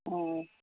অঁ